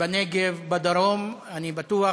הם ראויים.